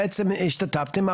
בעצם השתתפתם.